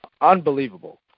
unbelievable